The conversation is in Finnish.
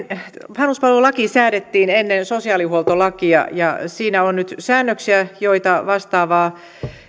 vanhuspalvelulaki säädettiin ennen sosiaalihuoltolakia ja siinä on nyt säännöksiä joita vastaavaa